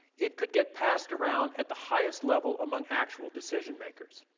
it could get passed around at the highest level among actual decision-makers.